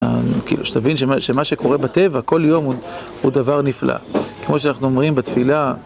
כאילו שתבין שמה שקורה בטבע כל יום הוא דבר נפלא כמו שאנחנו אומרים בתפילה